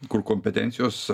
kur kompetencijos